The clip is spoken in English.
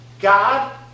God